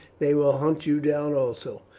they will hunt you down also,